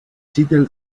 seattle